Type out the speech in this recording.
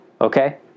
okay